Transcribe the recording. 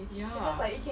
ya